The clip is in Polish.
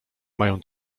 mają